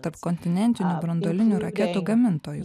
tarpkontinentinių branduolinių raketų gamintojų